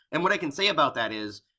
and what i can say about that is,